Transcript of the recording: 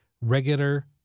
regular